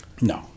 No